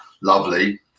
lovely